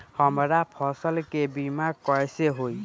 हमरा फसल के बीमा कैसे होई?